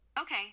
Okay